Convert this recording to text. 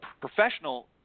professional